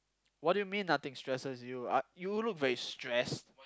what do you mean nothing stresses you uh you look very stressed